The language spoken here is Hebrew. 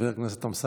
חבר הכנסת אמסלם,